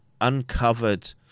uncovered